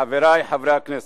חברי חברי הכנסת,